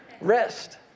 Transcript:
Rest